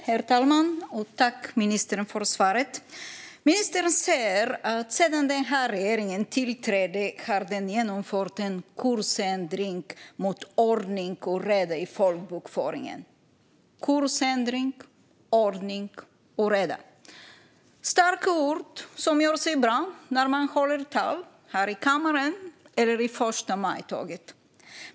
Herr talman! Tack, ministern, för svaret! Ministern säger att sedan den här regeringen tillträdde har den genomfört en kursändring för att få ordning och reda i folkbokföringen. Kursändring och ordning och reda är starka ord som gör sig bra när man håller tal här i kammaren eller första maj.